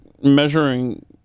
measuring